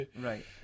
Right